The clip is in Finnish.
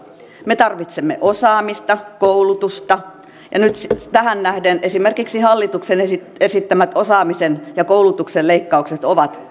me tarvitsemme osaamista koulutusta ja nyt tähän nähden esimerkiksi hallituksen esittämät osaamisen ja koulutuksen leikkaukset ovat tuhoisia